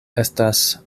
estas